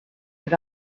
but